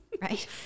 right